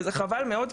וזה חבל מאוד,